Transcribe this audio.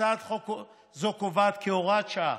הצעת חוק זו קובעת כהוראת שעה